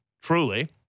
truly